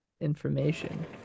information